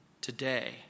today